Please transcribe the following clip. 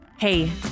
Hey